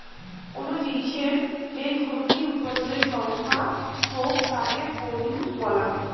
কোনো জিনিসের যেই ফুঙ্গি উৎপাদনের সংখ্যা হউক তাকে প্রডিউস বলাঙ্গ